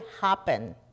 happen